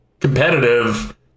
competitive